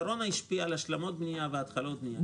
הקורונה השפיעה על השלמות בנייה והתחלות בנייה,